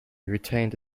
retained